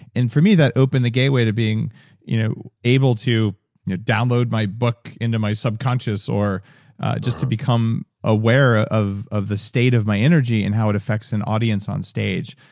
and for me, that opened the gateway to being you know able to you know download my book into my subconscious or just to become aware of of the state of my energy and how it affects an audience onstage,